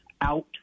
out